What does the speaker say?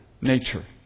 nature